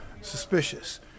suspicious